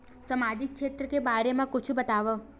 सामाजिक क्षेत्र के बारे मा कुछु बतावव?